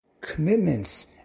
commitments